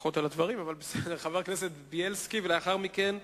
חבר הכנסת זאב בילסקי, ולאחר מכן,